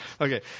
Okay